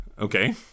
Okay